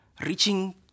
reaching